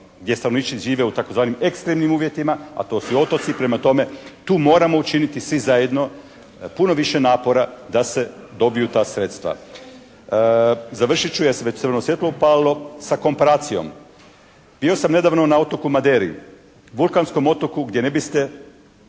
gdje stanovnici žive u tzv. ekstremnim uvjetima a to su otoci. Prema tome, tu moramo učiniti svi zajedno puno više napora da se dobiju ta sredstva. Završit ću jer se već crveno svijetlo upalilo sa komparacijom. Bio sam nedavno na otoku Maderi, vulkanskom otoku gdje ne biste